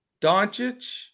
Doncic